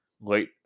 late